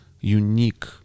unique